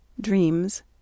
dreams